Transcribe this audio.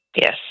Yes